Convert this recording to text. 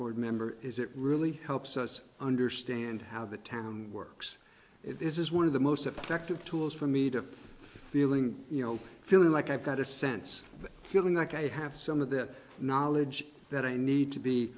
board member is it really helps us understand how the town works this is one of the most effective tools for me to feeling you know feel like i've got a sense feeling that i have some of that knowledge that i need to be